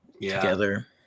together